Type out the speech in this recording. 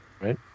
Right